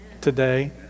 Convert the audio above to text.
Today